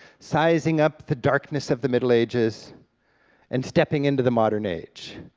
sizing up the darkness of the middle ages and stepping into the modern age.